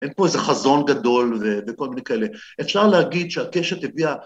אין פה איזה חזון גדול וכל מיני כאלה, אפשר להגיד שהקשת הביאה